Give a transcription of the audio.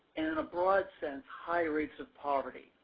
and in a broad sense, high rates of poverty.